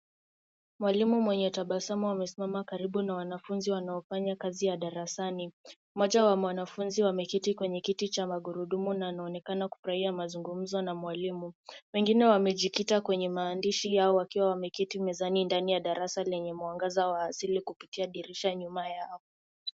Mwalimu mwenye tabasamu amesimama karibu na wanafunzi wanaofanya kazi ya darasani. Mmoja wa wanafunzi ameketi kwenye kitu cha magurudumu na anaonekana kufurahia mazungumzo na mwalimu. Wengine wamejikita kwenye maandishi yao wakiwa wameketi mezani ndani ya darasa lenye mwangaza wa asili kupitia dirisha nyuma yao.